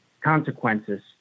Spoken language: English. consequences